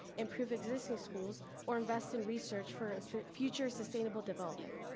improve existing schools or invest in research for for future sustainable development.